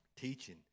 teaching